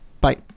bye